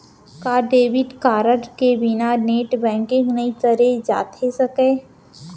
का debit card के बिना नेट बैंकिंग नई करे जाथे सके?